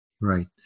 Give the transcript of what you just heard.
Right